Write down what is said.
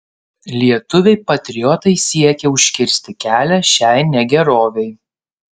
lietuviai patriotai siekė užkirsti kelią šiai negerovei